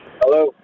hello